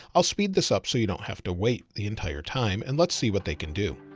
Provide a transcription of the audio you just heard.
i'll speed this up. so you don't have to wait the entire time and let's see what they can do.